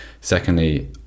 Secondly